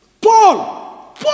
Paul